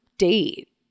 date